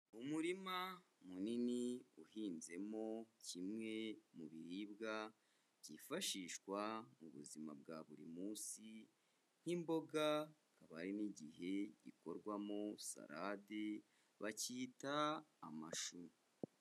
Umurima munini, uhinzemo kimwe mu biribwa byifashishwa mu buzima bwa buri munsi nk'imboga, hakaba hari n'igihe gikorwamo salade, bacyita amashu.